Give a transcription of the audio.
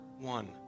one